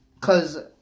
cause